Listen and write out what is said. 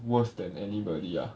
worse than anybody ah